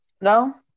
No